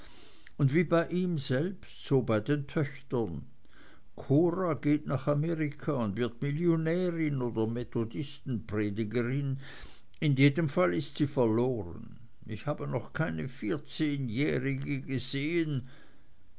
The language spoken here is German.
und wie bei ihm selbst so bei den töchtern cora geht nach amerika und wird millionärin oder methodistenpredigerin in jedem fall ist sie verloren ich habe noch keine vierzehnjährige gesehen